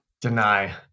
Deny